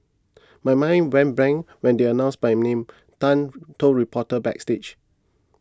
my mind went blank when they announced my name Tan told reporters backstage